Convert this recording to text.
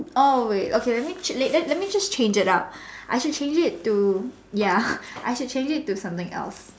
oh wait okay let me change let let let me just change it up I should change it to ya I should change it to something else